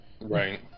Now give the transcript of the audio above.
Right